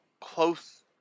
close